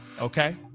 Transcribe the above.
okay